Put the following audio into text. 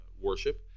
worship